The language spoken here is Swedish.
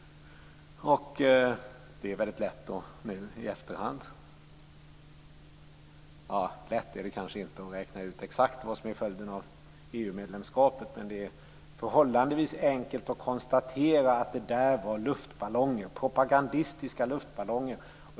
Det är kanske inte lätt att nu i efterhand räkna ut exakt vad som är följden av EU medlemskapet. Det är dock förhållandevis enkelt att konstatera att det rört sig om propagandistiska luftballonger.